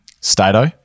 Stato